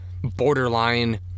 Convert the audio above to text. borderline